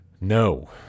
No